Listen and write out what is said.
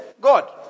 God